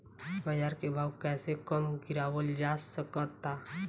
बाज़ार के भाव कैसे कम गीरावल जा सकता?